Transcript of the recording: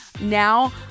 Now